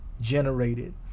generated